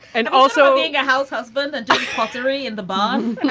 and also being a househusband and pottery in the barn and